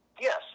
yes